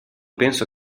penso